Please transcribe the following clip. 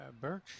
Birch